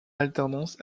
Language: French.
alternance